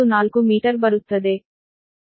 0894 metre ಬರುತ್ತದೆ